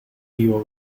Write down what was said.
nieuwe